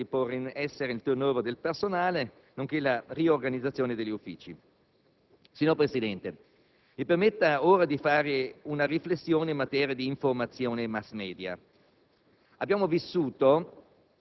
Infine, sono d'accordo anche con l'intento di porre in essere il *turn over* del personale, nonché la riorganizzazione degli uffici. Signor Presidente, mi consenta di fare ora una riflessione in materia di informazione e *mass media*.